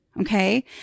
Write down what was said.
Okay